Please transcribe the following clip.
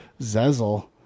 Zezel